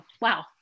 wow